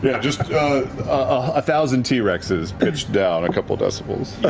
yeah just a thousand t-rexes pitched down a couple decibels.